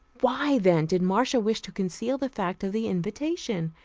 why, then, did marcia wish to conceal the fact of the invitation?